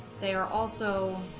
they are also